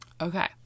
Okay